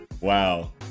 Wow